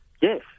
Yes